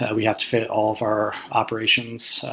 ah we have to fit all of our operations,